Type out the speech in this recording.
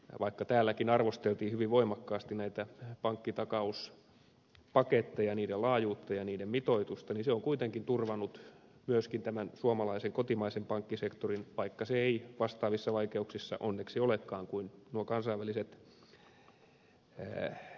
vaikka täälläkin arvosteltiin hyvin voimakkaasti näitä pankkitakauspaketteja niiden laajuutta ja niiden mitoitusta niin ne ovat kuitenkin turvanneet myöskin tämän suomalaisen kotimaisen pankkisektorin vaikka se ei vastaavissa vaikeuksissa onneksi olekaan kuin nuo kansainväliset kollegansa